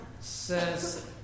says